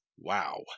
Wow